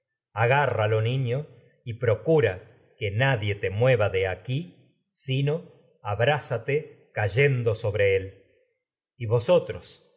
agárralo sino niño y procura nadie te mueva aquí abrázate cayendo no como sobre él y vosotros